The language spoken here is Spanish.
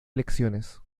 elecciones